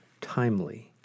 timely